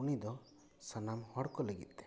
ᱩᱱᱤ ᱫᱚ ᱥᱟᱱᱟᱢ ᱦᱚᱲ ᱠᱚ ᱞᱟᱹᱜᱤᱫ ᱛᱮ